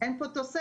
אין פה תוספת,